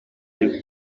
biri